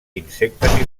insectes